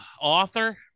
author